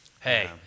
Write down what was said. hey